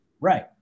Right